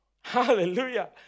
Hallelujah